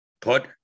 Put